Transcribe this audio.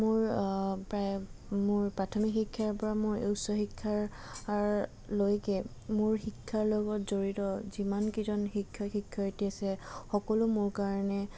মোৰ প্ৰায় মোৰ প্ৰাথমিক শিক্ষাৰ পৰা মোৰ উচ্চ শিক্ষাৰ আৰ লৈকে মোৰ শিক্ষাৰ লগত জড়িত যিমান কেইজন শিক্ষয় শিক্ষয়িত্ৰী আছে সকলো মোৰ কাৰণে